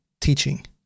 teaching